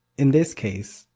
in this case,